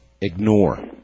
ignore